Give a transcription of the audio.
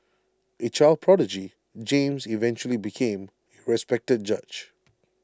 A child prodigy James eventually became A respected judge